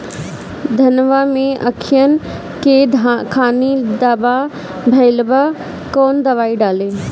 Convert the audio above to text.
धनवा मै अखियन के खानि धबा भयीलबा कौन दवाई डाले?